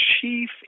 chief